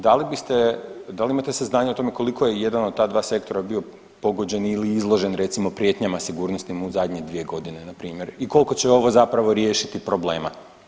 Da li biste, da li imate saznanja o tome koliko je jedan od ta dva sektora bio pogođen ili izložen recimo prijetnjama sigurnosnim u zadnje dvije godine na primjer i koliko će ovo zapravo riješiti problema?